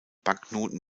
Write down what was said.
banknoten